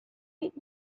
bit